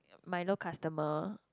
milo customer